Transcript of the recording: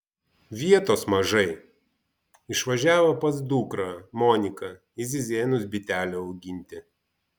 vietos mažai išvažiavo pas dukrą moniką į zizėnus bitelių auginti